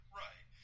right